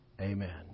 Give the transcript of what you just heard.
amen